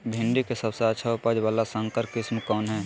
भिंडी के सबसे अच्छा उपज वाला संकर किस्म कौन है?